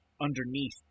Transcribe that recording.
underneath